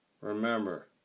remember